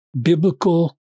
Biblical